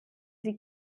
sie